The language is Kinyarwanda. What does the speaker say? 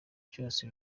byose